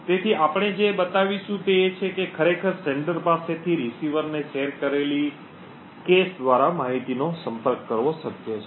તેથી આપણે જે બતાવીશું તે એ છે કે ખરેખર પ્રેષક પાસેથી પ્રાપ્તિકર્તા ને શેર કરેલી કૅશ દ્વારા માહિતીનો સંપર્ક કરવો શક્ય છે